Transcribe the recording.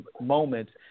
moments